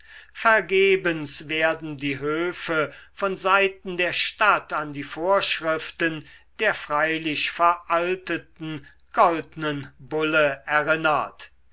vergebens werden die höfe von seiten der stadt an die vorschriften der freilich veralteten goldnen bulle erinnert